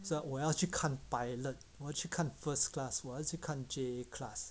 说我要去看 pilot 我要去看 first class 我要去看 J class